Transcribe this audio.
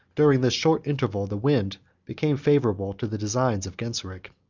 during this short interval, the wind became favorable to the designs of genseric.